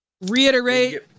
Reiterate